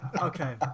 Okay